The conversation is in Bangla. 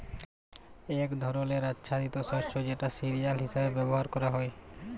এক ধরলের আচ্ছাদিত শস্য যেটা সিরিয়াল হিসেবে ব্যবহার ক্যরা হ্যয়